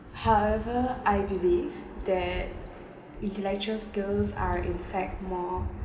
however I believe that intellectual skills are in fact more